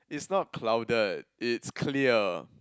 is not clouded it is clear